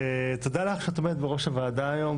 תודה לך שאת עומדת בראש הוועדה היום,